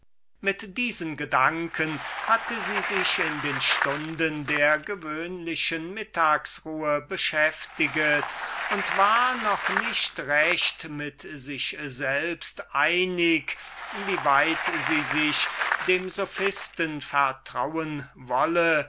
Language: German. mit diesen gedanken hatte sie sich in den stunden der gewöhnlichen mittagsruhe beschäftiget und war noch nicht recht mit sich selbst einig wie weit sie sich dem sophisten vertrauen wolle